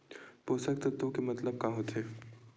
पोषक तत्व के मतलब का होथे?